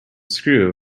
screw